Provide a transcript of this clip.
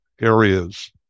areas